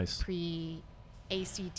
pre-act